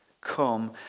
Come